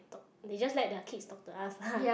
talk they just let their kids talk to us lah